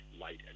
light